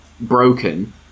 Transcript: broken